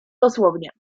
dosłownie